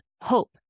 hope